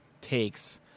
takes